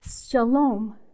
Shalom